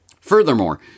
Furthermore